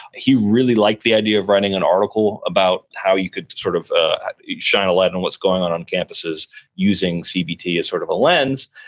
he really liked the idea of writing an article about how you could sort of ah shine a light on and what's going on on campuses using cbt as sort of a lens,